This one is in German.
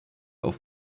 auf